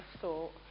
thought